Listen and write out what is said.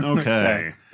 Okay